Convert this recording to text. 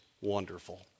wonderful